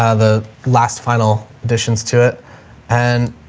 ah the last final additions to it and